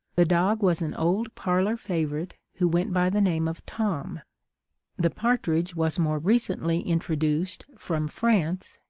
the dog was an old parlour favourite, who went by the name of tom the partridge was more recently introduced from france,